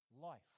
life